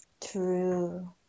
true